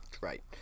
Right